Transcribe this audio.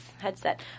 headset